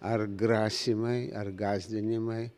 ar grasymai ar gąsdinimai